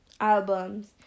albums